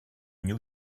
new